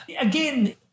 again